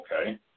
Okay